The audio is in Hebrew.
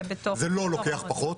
זה לא לוקח פחות,